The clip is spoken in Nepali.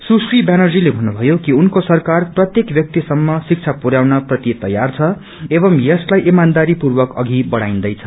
सुश्री व्यानर्जीते भन्नुभयो कि उनको सरकार प्रत्येक व्याक्ति सम्म शिक्षा पुर्याउन प्रति तयार छ एवं यसलाई इमानदारी पूर्वक अघि बढाईन्दैछ